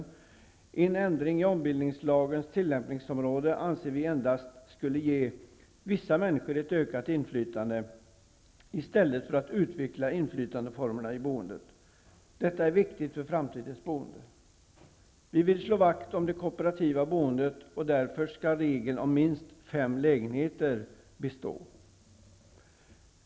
Vi anser att en ändring i ombildningslagens tillämpningsområde endast skulle ge vissa människor ett ökat inflytande, i stället för att utveckla inflytandeformerna i boendet. Detta är viktigt för framtidens boende. Vi vill slå vakt om det kooperativa boendet och därför skall regeln om minst fem lägenheter bestå.